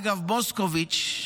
אגב, מוסקוביץ'